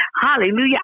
Hallelujah